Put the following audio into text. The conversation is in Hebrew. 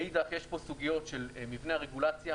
מאידך, יש פה סוגיות של מבנה רגולציה.